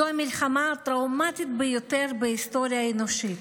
זאת המלחמה הטראומטית ביותר בהיסטוריה האנושית,